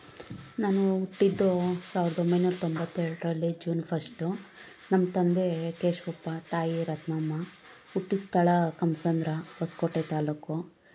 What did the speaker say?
ನಾನು ಹುಟ್ಟಿದ್ದು ಸಾವಿರ್ದ ಒಂಬೈನೂರಾ ತೊಂಬತ್ತೆರಡ್ರಲ್ಲಿ ಜೂನ್ ಫಸ್ಟು ನಮ್ಮ ತಂದೆ ಕೇಶ್ವಪ್ಪ ತಾಯಿ ರತ್ನಮ್ಮ ಹುಟ್ಟಿದ ಸ್ಥಳ ಕಮ್ಮಸಂದ್ರ ಹೊಸಕೋಟೆ ತಾಲ್ಲೂಕು